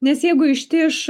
nes jeigu ištiš